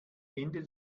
ende